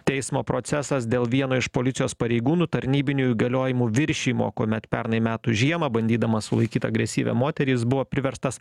teismo procesas dėl vieno iš policijos pareigūnų tarnybinių įgaliojimų viršijimo kuomet pernai metų žiemą bandydamas sulaikyt agresyvią moterį jis buvo priverstas